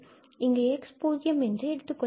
இங்கு x பூஜ்ஜியம் என்று எடுத்துக்கொள்ளலாம்